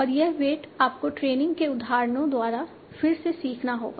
और यह वेट आपको ट्रेनिंग के उदाहरणों द्वारा फिर से सीखना होगा